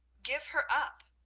give her up,